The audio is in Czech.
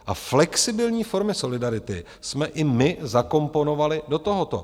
A flexibilní formy solidarity jsme i my zakomponovali do tohoto.